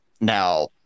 Now